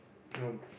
no